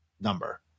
number